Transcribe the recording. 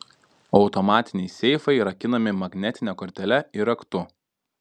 automatiniai seifai rakinami magnetine kortele ir raktu